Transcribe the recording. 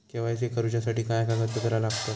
KYC करूच्यासाठी काय कागदपत्रा लागतत?